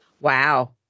Wow